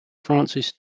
francis